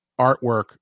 artwork